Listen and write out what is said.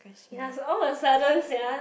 ya it's all of a sudden sia